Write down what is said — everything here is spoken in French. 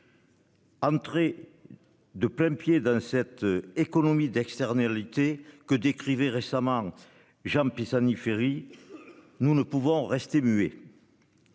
Entré. De plain-pied dans cette économie-d'externalités que décrivait récemment Jean Pisani-Ferry. Nous ne pouvons rester muet.--